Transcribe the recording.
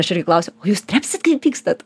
aš irgi klausiu o jūs trepsit kai įpykstat